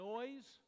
Noise